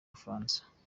bufaransa